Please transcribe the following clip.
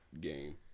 game